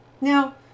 now